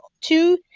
two